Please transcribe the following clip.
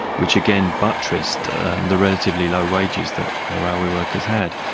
which again buttressed and the relatively low wages that railway workers had.